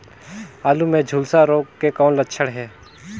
आलू मे झुलसा रोग के कौन लक्षण हे?